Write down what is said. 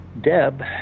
Deb